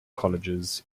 colleges